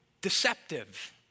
deceptive